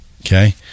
Okay